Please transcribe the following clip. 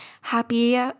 happy